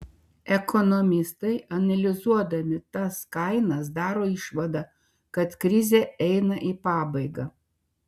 ekonomistai analizuodami tas kainas daro išvadą kad krizė eina į pabaigą